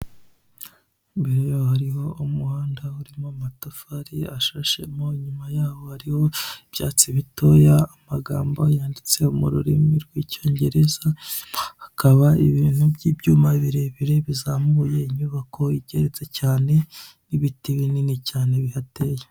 Imbere yaho hariho umuhanda urimo amatafari ashashemo, inyuma yaho hariho ibyatsi bitoya, amagambo yanditse mururimi rw'icyongereza, hakaba ibintu by'ibyuma birebire bizamuye inyubako igeretse cyane, n'ibiti binini cyane bihateye.